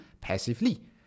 passively